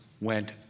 went